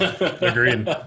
Agreed